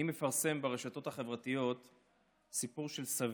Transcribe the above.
אני מפרסם ברשתות החברתיות את הסיפור של סבי,